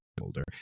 older